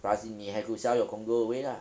plus 你 have to sell your condo away lah